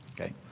okay